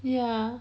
ya